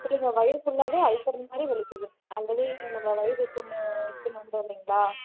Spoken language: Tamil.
இல்லைங்க வயிறு ஃபுல்லாகவே அல்சர் மாதிரி வலிக்குது ஆல்ரெடி என்னோட வயிறு புண்ணு இருக்குன்னு வந்தோ இல்லைங்களா